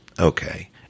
Okay